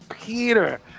Peter